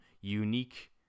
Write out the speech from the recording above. unique